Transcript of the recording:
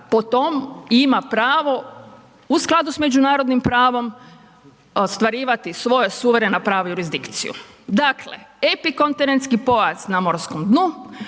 po tom ima pravo u skladu s međunarodnim pravom ostvarivati svoje suvereno pravo jurisdikciju. Dakle, epikontinentski pojas na morskom dnu,